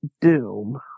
Doom